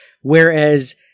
Whereas